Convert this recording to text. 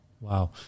Wow